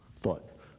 thought